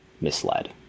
misled